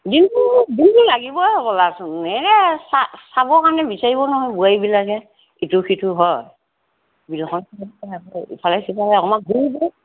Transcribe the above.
দিনটো দিনটো লাগিবই হ'বলাচোন এ চা চাব কাৰণে বিচাৰিব নহয় বোৱাৰীবিলাকে ইটো সিটো হয় ইফালে সিফালে অকণমান ঘূৰিব